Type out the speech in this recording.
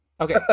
okay